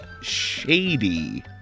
Shady